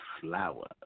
flower